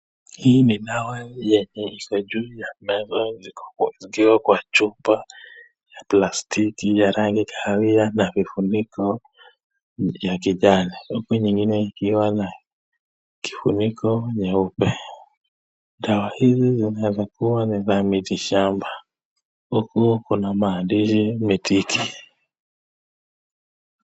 Hii ni dawa yenye iko juu ya meza zikikuwa kwenye chupa za plastiki ya rangi kahawia na vifuniko vya kijani, huku nyingine ikiwa na kifuniko nyeupe. Dawa hizi zinaweza kuwa ni za mitishamba huku kuna maandishi mitiki.